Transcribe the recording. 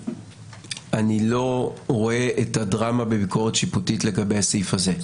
אני לא רואה את הדרמה בביקורת שיפוטית לגבי הסעיף הזה.